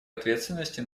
ответственности